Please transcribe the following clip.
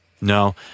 No